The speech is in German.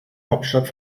hauptstadt